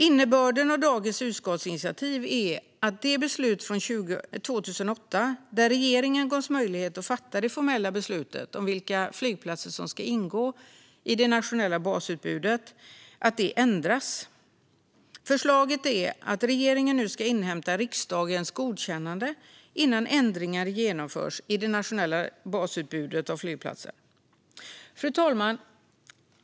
Innebörden av dagens utskottsinitiativ är att det beslut från 2008 där regeringen gavs möjlighet att fatta det formella beslutet om vilka flygplatser som ska ingå i det nationella basutbudet ändras. Förslaget nu är att regeringen ska inhämta riksdagens godkännande innan ändringar genomförs i det nationella basutbudet av flygplatser. Fru talman!